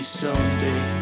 someday